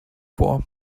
vor